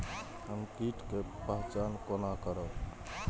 हम कीट के पहचान कोना करब?